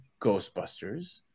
Ghostbusters